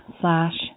slash